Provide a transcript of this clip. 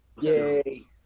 Yay